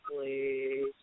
please